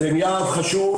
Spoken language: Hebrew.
אז זה עניין חשוב,